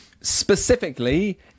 specifically